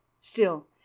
Still